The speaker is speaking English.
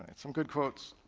and some good quotes.